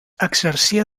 exercia